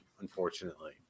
unfortunately